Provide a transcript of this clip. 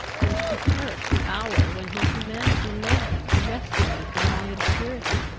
and to curse the hour when his humanity led him to rescue me from my obscurity,